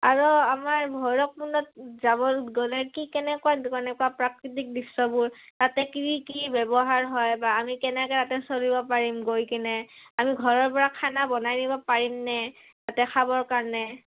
আৰু আমাৰ ভৈৰৱকুণ্ডত যাব গ'লে কি কেনেকুৱা কেনেকুৱা প্ৰাকৃতিক দৃশ্যবোৰ তাতে কি কি ব্যৱহাৰ হয় বা আমি কেনেকৈ তাতে চলিব পাৰিম গৈ কিনে আমি ঘৰৰপৰা খানা বনাই দিব পাৰিমনে তাতে খাবৰ কাৰণে